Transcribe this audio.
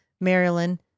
Maryland